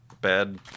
Bad